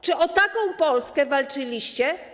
Czy o taką Polskę walczyliście?